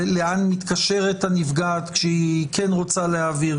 לאן מתקשרת הנפגעת כשהיא כן רוצה להעביר.